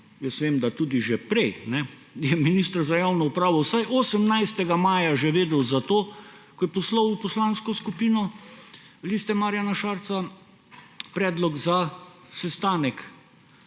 jaz vem, da tudi že prej –, je minister za javno upravo vsaj 18. maja že vedel za to, ko je poslal v Poslansko skupino LMŠ predlog za sestanek